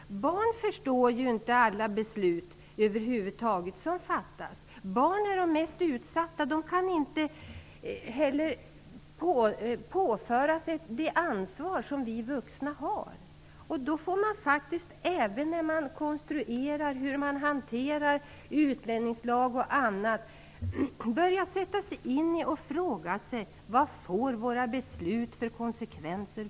Barn förstår ju inte alla beslut som fattas. Barnen är mest utsatta. De kan inte heller påföras det ansvar som vi vuxna har. Då får man faktiskt börja sätta sig in i och fråga sig vad våra beslut får för konsekvenser för barnen även när man konstruerar hur man hanterar utlänningslag och annat.